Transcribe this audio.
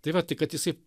tai vat tai kad jisai